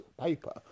paper